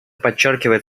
подчеркивает